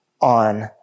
on